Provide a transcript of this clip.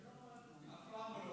הוא אף פעם לא